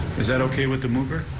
is that okay with the mover?